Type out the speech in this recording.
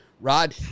Rod